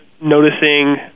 noticing